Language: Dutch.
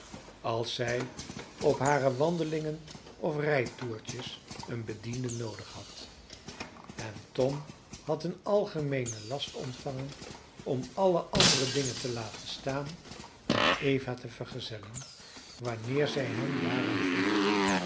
als zij op hare wandelingen of rijtoertjes een bediende noodig had en tom had een algemeenen last ontvangen om alle andere dingen te laten staan en eva te vergezellen wanneer zij hem daarom vroeg een